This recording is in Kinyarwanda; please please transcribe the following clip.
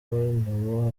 nyuma